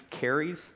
carries